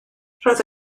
roedd